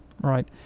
right